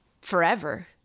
forever